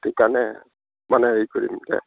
এইটো কাৰণে মানে হেৰি কৰিমগৈ